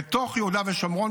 לתוך יהודה ושומרון,